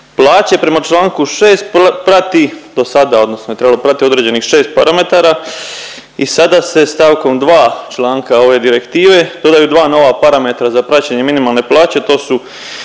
plaće prema čl. 6 prati, do sada odnosno je trebalo pratiti određenih 6 parametara i sada se stavkom 2 članka ove direktive dodaju 2 nova parametra za praćenje minimalne plaće, to su